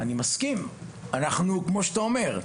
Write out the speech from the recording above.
אני מסכים, כמו שאתה אומר.